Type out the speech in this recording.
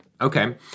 Okay